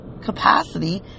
Capacity